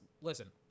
listen